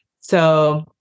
So-